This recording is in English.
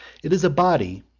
it is a body,